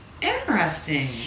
Interesting